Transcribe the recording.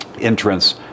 entrance